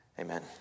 Amen